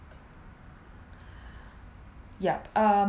ya um